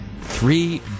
three